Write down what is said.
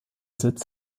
sitz